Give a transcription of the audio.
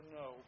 no